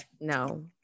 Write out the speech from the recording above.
No